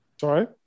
Sorry